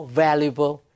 valuable